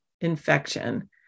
infection